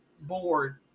board